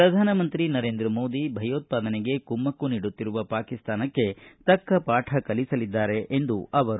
ಪ್ರಧಾನ ಮಂತ್ರಿ ನರೇಂದ್ರ ಮೋದಿ ಭಯೋತ್ಪಾದನೆಗೆ ಕುಮ್ನಕ್ಕು ನೀಡುತ್ತಿರುವ ಪಾಕಿಸ್ತಾನಕ್ಕೆ ತಕ್ಕ ಪಾಠ ಕಲಿಸಲಿದ್ದಾರೆ ಎಂದರು